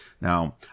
Now